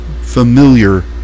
familiar